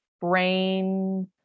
brain